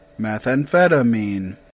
Methamphetamine